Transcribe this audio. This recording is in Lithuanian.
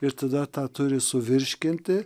ir tada tą turi suvirškinti